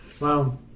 wow